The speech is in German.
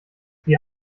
sie